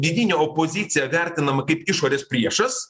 vidinė opozicija vertinama kaip išorės priešas